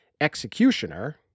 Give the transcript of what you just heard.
executioner